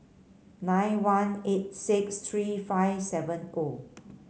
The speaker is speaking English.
nine one eight six three five seven O